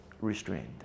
restrained